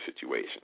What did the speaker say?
situation